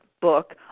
book